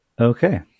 Okay